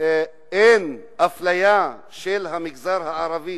בדוח מבקר המדינה אין אפליה של המגזר הערבי?